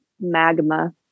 magma